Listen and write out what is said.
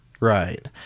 Right